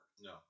No